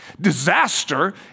Disaster